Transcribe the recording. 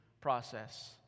process